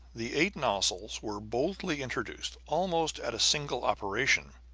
the eight nozzles were boldly introduced, almost at a single operation,